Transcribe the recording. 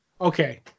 okay